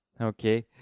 Okay